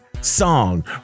song